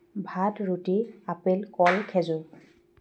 ভাত ৰুটি আপেল কল খেজুৰ